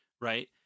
right